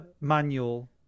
manual